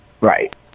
Right